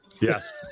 Yes